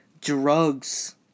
drugs